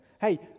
Hey